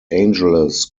angeles